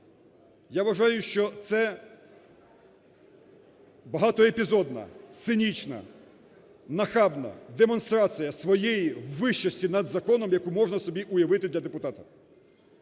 Я вважаю, що це багатоепізодна, цинічна, нахабна демонстрація своєї вищості над законом, яку можна собі уявити для депутата.